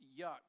yuck